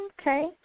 Okay